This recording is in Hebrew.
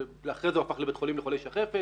ואחרי זה הוא הפך לבית חולים לחולי שחפת